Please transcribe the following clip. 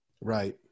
Right